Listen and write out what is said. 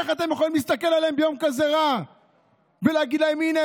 איך אתם יכולים להסתכל עליהם ביום כזה רע ולהגיד להם: הינה,